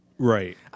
Right